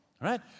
Right